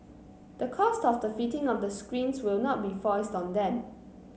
the cost of the fitting of the screens will not be foisted on them